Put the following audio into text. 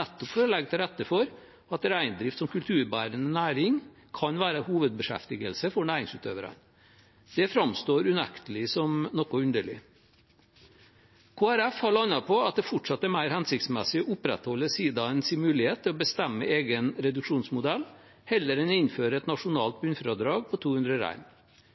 nettopp for å legge til rette for at reindrift som kulturbærende næring kan være hovedbeskjeftigelse for næringsutøverne. Det framstår unektelig som noe underlig. Kristelig Folkeparti har landet på at det fortsatt er mer hensiktsmessig å opprettholde sidaenes mulighet til å bestemme egen reduksjonsmodell, heller enn å innføre et nasjonalt bunnfradrag på 200